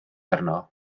arno